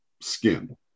skin